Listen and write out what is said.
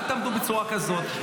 אל תעמדו בצורה כזאת.